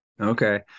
Okay